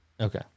okay